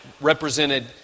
represented